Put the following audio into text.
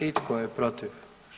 I tko je protiv?